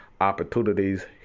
opportunities